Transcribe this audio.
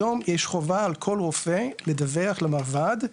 היום יש חובה על כל רופא, לדווח למרב"ד,